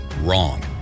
Wrong